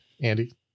Andy